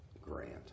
Grant